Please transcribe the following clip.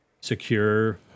secure